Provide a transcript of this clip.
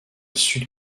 sud